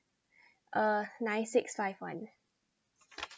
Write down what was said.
uh nine six five one